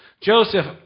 Joseph